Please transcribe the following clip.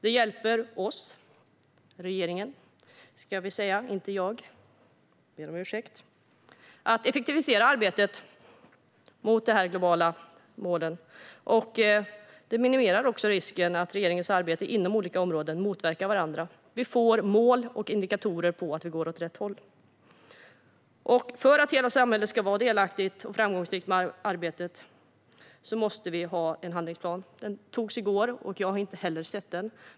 Det hjälper regeringen att effektivisera arbetet mot de globala målen och minimerar risken för att regeringens arbete inom olika områden blir inbördes motverkande. Vi får mål och indikatorer på att det går åt rätt håll. För att hela samhället ska vara delaktigt och framgångsrikt i arbetet måste vi ha en handlingsplan. Den antogs i går, och jag har inte sett den.